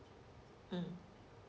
mm